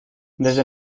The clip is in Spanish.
desde